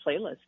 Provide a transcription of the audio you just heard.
playlist